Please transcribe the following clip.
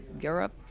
Europe